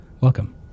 welcome